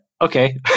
okay